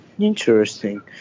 Interesting